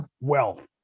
wealth